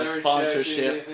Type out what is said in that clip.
sponsorship